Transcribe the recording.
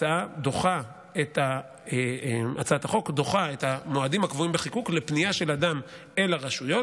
הצעת החוק דוחה את המועדים הקבועים בחיקוק לפנייה של אדם אל הרשויות.